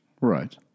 Right